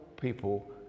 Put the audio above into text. people